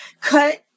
Cut